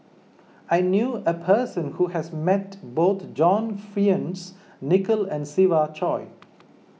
I knew a person who has met both John Fearns Nicoll and Siva Choy